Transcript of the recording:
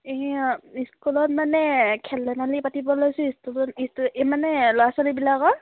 এই স্কুলত মানে খেল ধেনাালি পাতিব লৈছোঁ ইষ্টুডণ্ট এই মানে ল'ৰা ছোৱালীবিলাকৰ